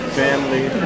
family